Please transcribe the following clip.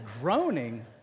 groaning